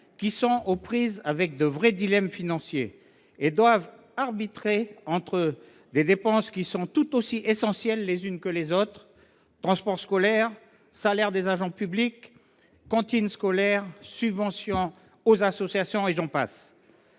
qui sont aux prises avec de vrais dilemmes financiers et doivent arbitrer entre des dépenses qui sont toutes aussi essentielles les unes que les autres : transport scolaire, salaire des agents municipaux, cantine scolaire, subventions aux associations, et j’en passe.